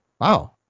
wow